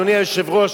אדוני היושב-ראש,